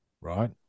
right